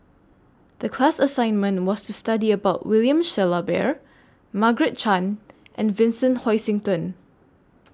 The class assignment was to study about William Shellabear Margaret Chan and Vincent Hoisington